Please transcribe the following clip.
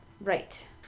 Right